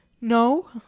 No